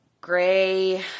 gray